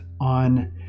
on